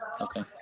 Okay